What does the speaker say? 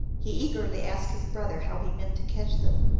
he eagerly asked his brother how he meant to catch them.